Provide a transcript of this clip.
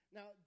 Now